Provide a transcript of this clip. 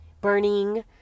burning